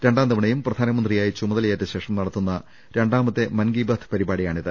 രണ്ടാംതവണയും പ്രധാനമന്ത്രി യായി ചുമതലയേറ്റ ശേഷം നടത്തുന്ന രണ്ടാമത്തെ മൻ കി ബാത് പരിപാടി ന യാണിത്